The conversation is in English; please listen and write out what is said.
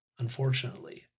Unfortunately